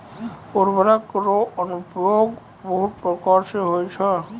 उर्वरक रो अनुप्रयोग बहुत प्रकार से होय छै